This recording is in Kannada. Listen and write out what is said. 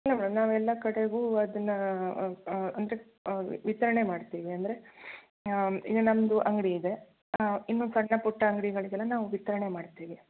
ಇಲ್ಲ ಮೇಡಮ್ ನಾವು ಎಲ್ಲ ಕಡೆಗು ಅದನ್ನು ಅಂದರೆ ವಿತರಣೆ ಮಾಡ್ತೀವಿ ಅಂದರೆ ಈಗ ನಮ್ಮದು ಅಂಗಡಿ ಇದೆ ಇನ್ನು ಸಣ್ಣ ಪುಟ್ಟ ಅಂಗಡಿಗಳಿಗೆಲ್ಲ ನಾವು ವಿತರಣೆ ಮಾಡ್ತೀವಿ